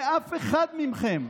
ואף אחד מכם,